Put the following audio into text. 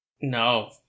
No